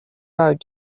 road